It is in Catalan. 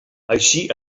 així